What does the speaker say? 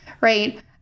right